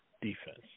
defense